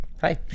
hi